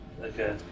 Okay